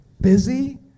Busy